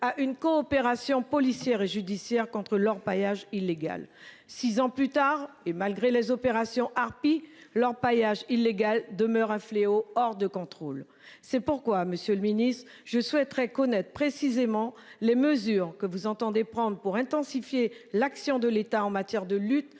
à une coopération policière et judiciaire contre l'orpaillage illégal. 6 ans plus tard et malgré les opérations Harpie l'orpaillage illégal demeure un fléau hors de contrôle. C'est pourquoi monsieur le ministre, je souhaiterais connaître précisément les mesures que vous entendez prendre pour intensifier l'action de l'État en matière de lutte